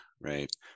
right